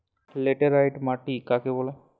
Laterite মাটি কাকে বলে?